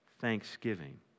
thanksgiving